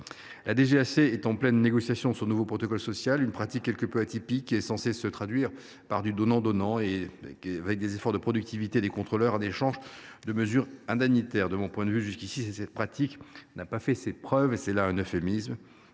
(DGAC) est en pleine négociation de son nouveau protocole social, pratique quelque peu atypique censée se traduire par une forme de donnant donnant : efforts de productivité des contrôleurs en échange de mesures indemnitaires. De mon point de vue, jusqu’à présent, cette pratique n’a pas fait ses preuves – et c’est là un euphémisme.